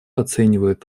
оценивает